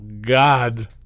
God